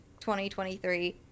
2023